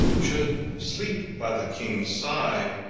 should sleep by the king's side,